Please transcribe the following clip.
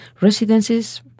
residences